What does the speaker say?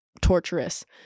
torturous